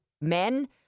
men